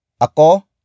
Ako